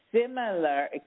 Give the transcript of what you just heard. similar